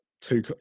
two